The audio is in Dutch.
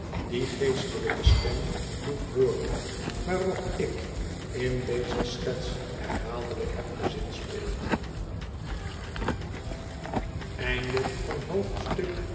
die geestelijke stem doet hooren waarop ik in deze schets herhaaldelijk heb gezinspeeld